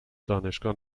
دانشگاه